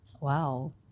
Wow